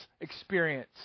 experience